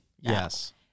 yes